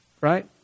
Right